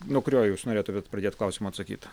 nuo kurio jūs norėtumėt pradėt klausimo atsakyt